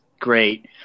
great